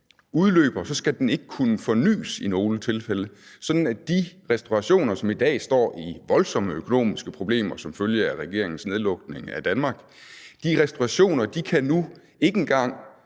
nogle tilfælde ikke kunne fornyes. Det vil sige, at de restaurationer, der i dag står i voldsomme økonomiske problemer som følge af regeringens nedlukning af Danmark, ikke engang